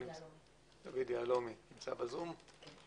מר דוד יהלומי שנמצא ב-זום.